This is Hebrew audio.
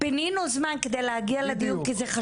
פינינו זמן כדי להגיע לדיון כי זה דיון